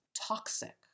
toxic